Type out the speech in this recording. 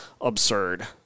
absurd